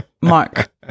Mark